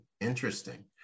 Interesting